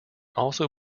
also